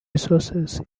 resources